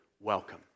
welcome